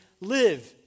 live